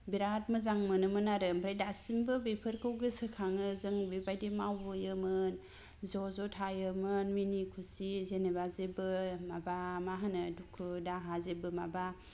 बेराद मोजां मोनोमोन आरो ओमफ्राय दासिमबो बेफोरखौ गोसो खांङो जों बेबायदि मावबोयोमोन ज' ज' थायोमोन मिनि खुसि जेनोबा जेबो माबा माहोनो दुखु दाहा जेबो माबा